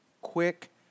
quick